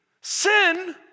sin